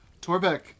Torbeck